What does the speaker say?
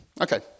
Okay